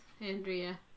Andrea